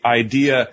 idea